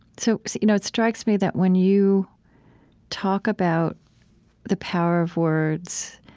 so you know it strikes me that when you talk about the power of words,